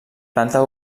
planta